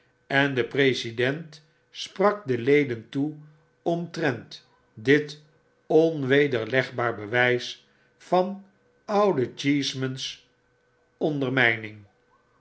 en de president sprak de leden toe omtrent dit onwederlegbaar bewjjs van ouden cheeseman's ondermyning